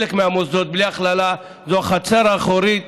שחלק מהמוסדות, בלי הכללה, זו החצר האחורית